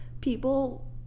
people